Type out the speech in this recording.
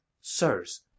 Sirs